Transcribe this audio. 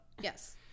yes